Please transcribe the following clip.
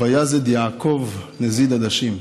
ויזד יעקב נזיד עדשים.